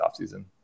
offseason